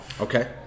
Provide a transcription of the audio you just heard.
Okay